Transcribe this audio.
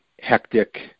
hectic